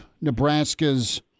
Nebraska's